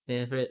then after that